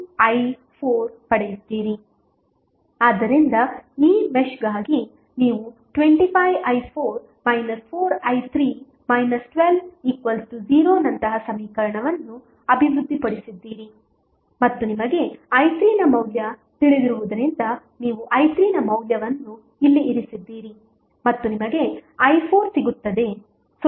ಆದ್ದರಿಂದ ಈ ಮೆಶ್ಗಾಗಿ ನೀವು 25i4 4i3 120 ನಂತಹ ಸಮೀಕರಣವನ್ನು ಅಭಿವೃದ್ಧಿಪಡಿಸಿದ್ದೀರಿ ಮತ್ತು ನಿಮಗೆ i3 ನ ಮೌಲ್ಯ ತಿಳಿದಿರುವುದರಿಂದ ನೀವು i3 ನ ಮೌಲ್ಯವನ್ನು ಇಲ್ಲಿ ಇರಿಸಿದ್ದೀರಿ ಮತ್ತು ನಿಮಗೆ i4 ಸಿಗುತ್ತದೆ 0